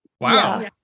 wow